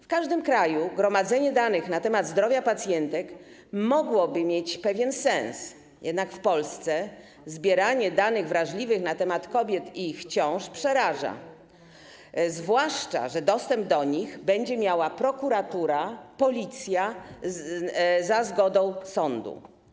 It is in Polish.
W każdym kraju gromadzenie danych na temat zdrowia pacjentów mogłoby mieć pewien sens, jednak w Polsce zbieranie danych wrażliwych na temat kobiet i ich ciąż przeraża, zwłaszcza że dostęp do nich będzie miała prokuratura, Policja za zgodą sądu.